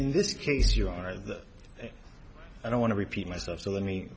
in this case you are i don't want to repeat myself so let me